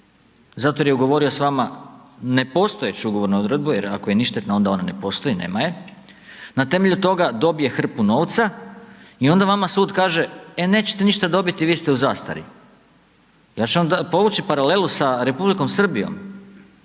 jer je ugovorio s vama nepostojeću ugovornu odredbu jer ako je ništetna onda ona ne postoji nema je, na temelju toga dobije hrpu novca i onda vama sud kaže e nećete ništa dobiti vi ste u zastari. Ja ću vam povući paralelu sa Republikom Srbijom,